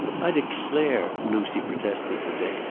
i declare, lucy protested to dick,